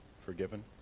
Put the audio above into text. forgiven